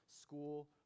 School